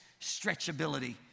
stretchability